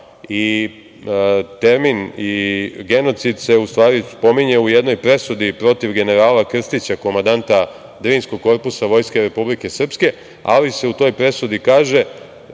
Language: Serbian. i termin i genocid se u stvari spominje u jednoj presudi protiv generala Krstića, komandanta Drinskog korpusa Vojske Republike Srpske, ali se u toj presudi kaže